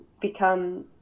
become